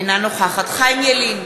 אינה נוכחת חיים ילין,